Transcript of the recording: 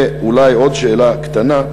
אולי עוד שאלה קטנה: